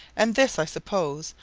and this, i suppose,